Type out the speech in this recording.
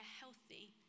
healthy